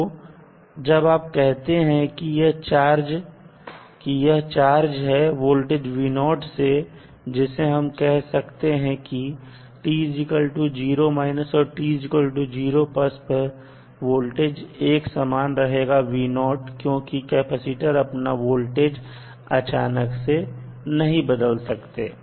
तो जब आप कहते हैं की यह चार्ज है वोल्टेज से जिससे हम यह कह सकते हैं कि t 0 और t 0 पर वोल्टेज एक समान रहेगा क्योंकि कैपेसिटर अपना वोल्टेज अचानक से नहीं बदल सकते